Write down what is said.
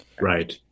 Right